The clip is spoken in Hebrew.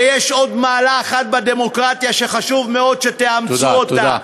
ויש עוד מעלה אחת בדמוקרטיה שחשוב מאוד שתאמצו אותה,